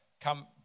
come